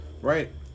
right